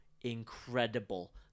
incredible